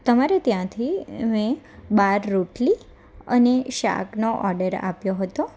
તમારે ત્યાંથી મેં બાર રોટલી અને શાકનો ઓડર આપ્યો હતો